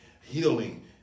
Healing